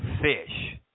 fish